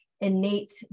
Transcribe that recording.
innate